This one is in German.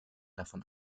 davon